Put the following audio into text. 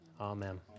Amen